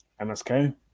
MSK